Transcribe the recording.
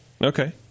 okay